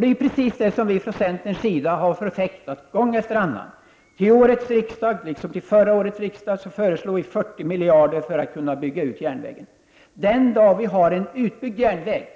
Detta har vi från centerns sida förfäktat gång efter annan. Till årets riksdag, liksom till förra årets, har vi föreslagit 40 miljarder för att bygga ut järnvägen. Den dag vi har en utbyggd järnväg